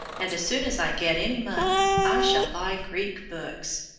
and as soon as i get any money i shall buy greek books,